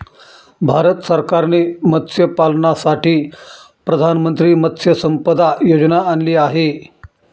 भारत सरकारने मत्स्यपालनासाठी प्रधानमंत्री मत्स्य संपदा योजना आणली आहे